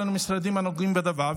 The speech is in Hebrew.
למשרדים הנוגעים בדבר,